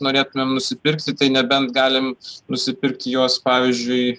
norėtumėm nusipirkti tai nebent galim nusipirkti juos pavyzdžiui